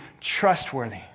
trustworthy